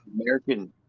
American